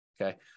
okay